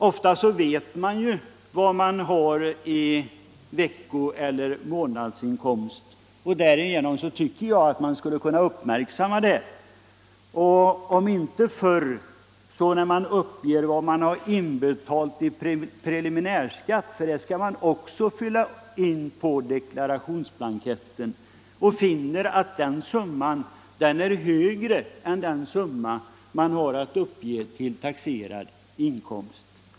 Ofta vet man ju något så när vad man har i veckoeller månadsinkomst. Då tycker jag att man borde kunna uppmärksamma felet, om inte förr så åtminstone när man uppger vad man har inbetalt i preliminärskatt, som man också skall lämna uppgift om på deklarationsblanketten, och finner att den summan är högre än den summa man har att uppge i taxerad inkomst.